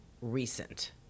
recent